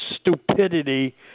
stupidity